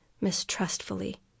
mistrustfully